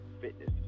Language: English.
Fitness